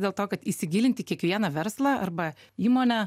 dėl to kad įsigilint į kiekvieną verslą arba įmonę